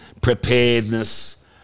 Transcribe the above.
preparedness